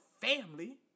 family